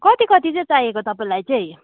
कति कति चाहिँ चाहिएको तपाईँलाई चाहिँ